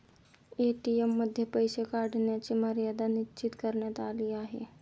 ATM मध्ये पैसे काढण्याची मर्यादाही निश्चित करण्यात आली आहे